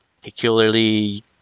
particularly